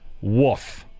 woof